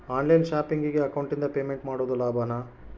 On line ಶಾಪಿಂಗಿಗೆ ಅಕೌಂಟಿಂದ payment ಮಾಡೋದು ಲಾಭಾನ?